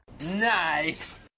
Nice